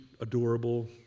adorable